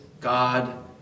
God